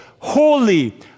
holy